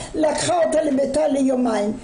לקחה אותה לביתה ליומיים.